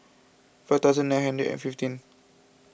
five thousand nine hundred and fifteen